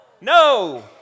No